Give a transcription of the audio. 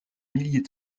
millier